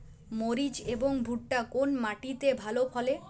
মরিচ এবং ভুট্টা কোন মাটি তে ভালো ফলে?